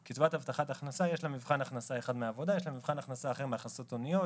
לקצבת הבטחת הכנסה יש מבחן אחד להכנסה מעבודה ומבחן אחר להכנסות הוניות,